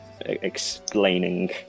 explaining